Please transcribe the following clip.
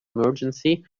emergency